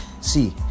See